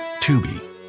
Tubi